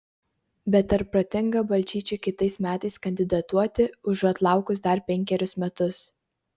bet ar protinga balčyčiui kitais metais kandidatuoti užuot laukus dar penkerius metus